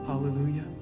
Hallelujah